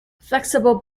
flexible